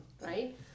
right